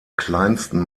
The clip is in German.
kleinsten